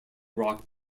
rock